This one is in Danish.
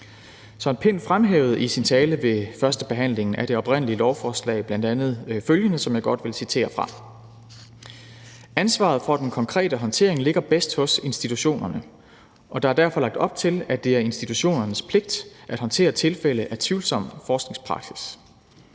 Søren Pind fremhævede i sin tale ved førstebehandlingen af det oprindelige lovforslag bl.a. følgende, som jeg godt vil citere fra: »Ansvaret for den konkrete håndtering ligger bedst hos institutionerne, og der er derfor lagt op til, at det er institutionernes pligt at håndtere tilfælde af tvivlsom forskningspraksis.